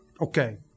Okay